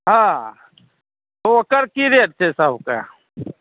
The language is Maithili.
हँ ओकर की रेट छै सबके